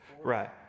Right